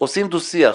עושים דו-שיח.